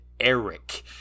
Eric